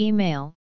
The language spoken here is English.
Email